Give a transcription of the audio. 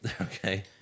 Okay